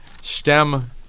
STEM